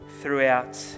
throughout